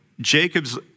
Jacob's